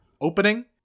opening